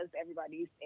everybody's